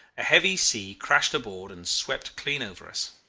a heavy sea crashed aboard and swept clean over us.